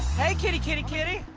hey, kitty, kitty, kitty.